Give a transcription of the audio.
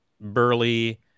burly